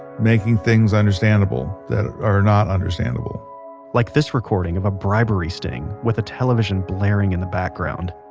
making things understandable, that are not understandable like this recording of a bribery sting with a television blaring in the background